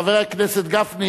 חבר הכנסת גפני,